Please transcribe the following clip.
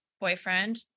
boyfriend